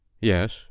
Yes